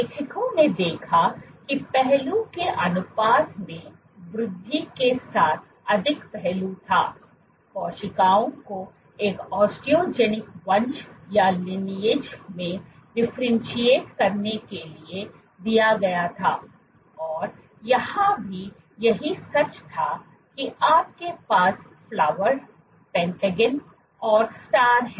लेखकों ने देखा कि पहलू के अनुपात में वृद्धि के साथ अधिक पहलू था कोशिकाओं को एक ओस्टोजेनिक वंश में डिफरेंटशिएट करने के लिए दिया गया था और यहां भी यही सच था कि आपके पास फ्लॉवर पेंटागन और स्टार है